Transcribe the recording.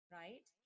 right